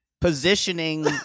Positioning